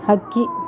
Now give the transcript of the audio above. ಹಕ್ಕಿ